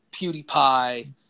PewDiePie